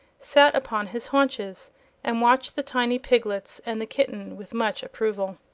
sat upon his haunches and watched the tiny piglets and the kitten with much approval.